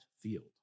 field